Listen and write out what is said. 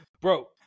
bro